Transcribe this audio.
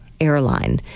Airline